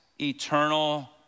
eternal